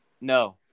No